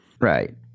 Right